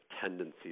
tendencies